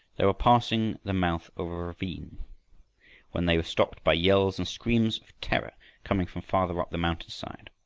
they were passing the mouth of a ravine when they were stopped by yells and screams of terror coming from farther up the mountainside.